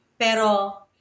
Pero